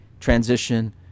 transition